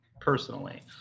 personally